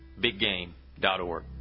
BigGame.org